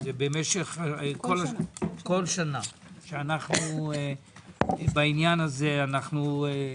כל שנה מתקיים פה דיון, ואנו בעניין הזה.